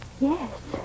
Yes